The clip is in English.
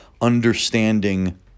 understanding